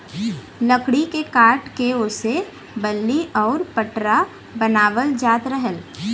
लकड़ी के काट के ओसे बल्ली आउर पटरा बनावल जात रहल